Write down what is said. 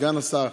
סגן השר,